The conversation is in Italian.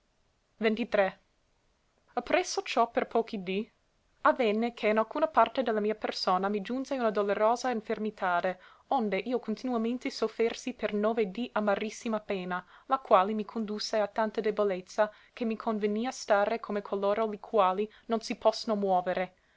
di ppresso ciò per pochi dì avvenne che in alcuna parte de la mia persona mi giunse una dolorosa infermitade onde io continuamente soffersi per nove dì amarissima pena la quale mi condusse a tanta debolezza che me convenia stare come coloro li quali non si possono muovere